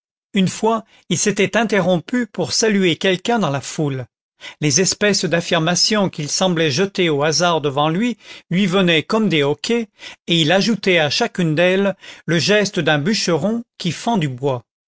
une fois il s'était interrompu pour saluer quelqu'un dans la foule les espèces d'affirmations qu'il semblait jeter au hasard devant lui lui venaient comme des hoquets et il ajoutait à chacune d'elles le geste d'un bûcheron qui fend du bois